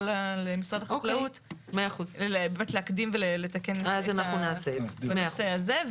למשרד החקלאות להקדים ולתקן את הנושא הזה.